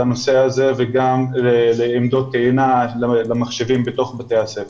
לנושא הזה וגם לעמדות טעינה למחשבים בתוך בתי הספר.